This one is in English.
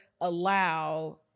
allow